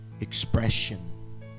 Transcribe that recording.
expression